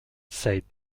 said